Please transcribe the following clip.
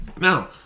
Now